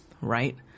right